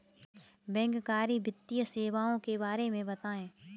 बैंककारी वित्तीय सेवाओं के बारे में बताएँ?